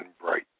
bright